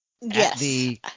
Yes